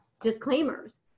disclaimers